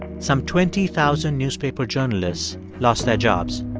some twenty thousand newspaper journalists lost their jobs